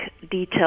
details